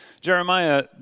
Jeremiah